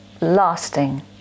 lasting